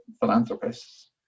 philanthropists